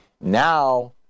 Now